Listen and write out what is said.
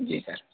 जी sir